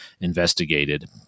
investigated